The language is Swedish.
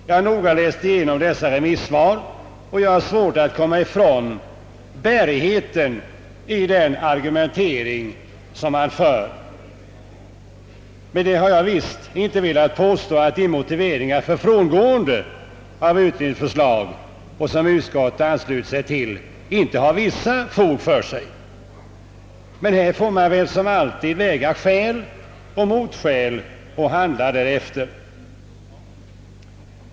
Jag har noga läst igenom deras remissvar och har svårt att komma ifrån bärigheten i den argumentering som föres. Med detta har jag visst inte velat påstå att de motiveringar för frångående av utredningens förslag som utskottet ansluter sig till inte har fog för sig, Men här får man väl, som alltid, väga skäl och motskäl och handla därefter.